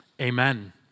amen